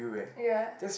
ya